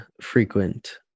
frequent